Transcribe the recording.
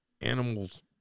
Animals